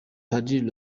padiri